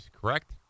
correct